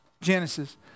Genesis